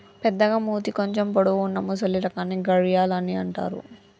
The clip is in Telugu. పెద్దగ మూతి కొంచెం పొడవు వున్నా మొసలి రకాన్ని గరియాల్ అని అంటారట